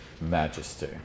Majesty